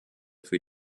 für